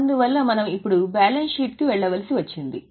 అందులో మనం ఇప్పుడు బ్యాలెన్స్ షీట్ కి వెళ్ళవలసి వచ్చింది